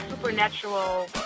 Supernatural